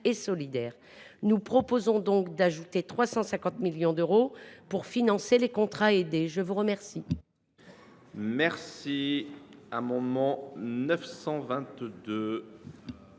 et solidaire. Nous proposons donc d’ajouter 350 millions d’euros pour financer les contrats aidés. L’amendement